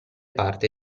parte